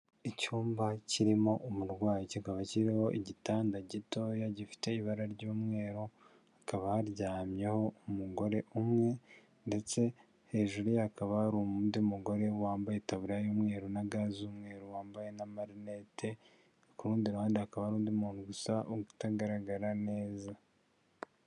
Icyumba kirimo umurwayi, kikaba kiriho igitanda gitoya gifite ibara ry'umweru hakaba haryamyeho umugore umwe ndetse hejuru ye hakaba hari undi mugore wambaye itaburiya y'umweru na ga z'umweru wambaye n'amarinete, ku rundi ruhande hakaba hari undi muntu gusa utagaragara neza.